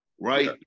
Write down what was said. right